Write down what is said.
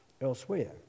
elsewhere